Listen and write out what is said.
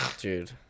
Dude